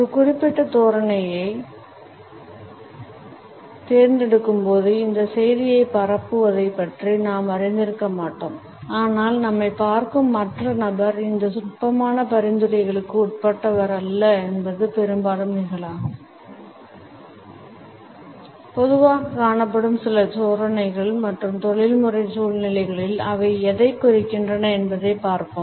ஒரு குறிப்பிட்ட தோரணையைத் தேர்ந்தெடுக்கும்போது இந்தச் செய்திகளைப் பரப்புவதைப் பற்றி நாம் அறிந்திருக்க மாட்டோம் ஆனால் நம்மைப் பார்க்கும் மற்ற நபர் இந்த நுட்பமான பரிந்துரைகளுக்கு உட்பட்டவர் அல்ல என்பது பெரும்பாலும் நிகழலாம் பொதுவாகக் காணப்படும் சில தோரணைகள் மற்றும் தொழில்முறை சூழ்நிலைகளில் அவை எதைக் குறிக்கின்றன என்பதைப் பார்ப்போம்